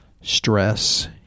stress